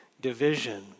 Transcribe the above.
division